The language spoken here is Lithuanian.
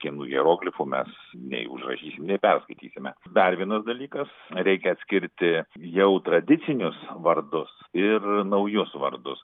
kinų hieroglifų mes nei užrašysim nei perskaitysime dar vienas dalykas reikia atskirti jau tradicinius vardus ir naujus vardus